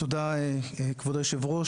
תודה, כבוד היושב-ראש.